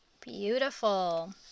Beautiful